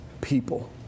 people